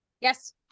yes